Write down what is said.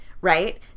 right